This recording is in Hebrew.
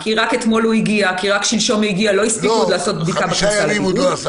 כי הסעיפים האלה הם לא חלק